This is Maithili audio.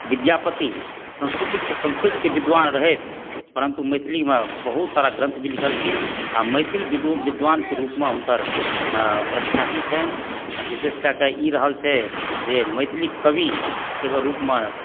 विद्यापति संस्कृति संस्कृतके विद्वान रहथि परन्तु मैथिलीमे बहुत सारा ग्रन्थ भी लिखलखिन आ मैथिल विद्वानके रूपमे हुनकर प्रख्याति छनि आ विशेष कए कऽ ई रहल छै जे मैथिली कविके रूपमे